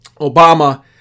Obama